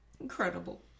incredible